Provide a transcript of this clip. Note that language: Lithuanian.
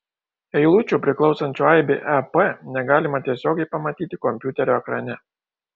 eilučių priklausančių aibei ep negalima tiesiogiai pamatyti kompiuterio ekrane